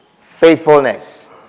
Faithfulness